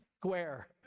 square